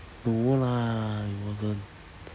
no lah it wasn't